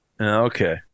Okay